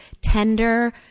tender